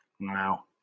Wow